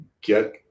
Get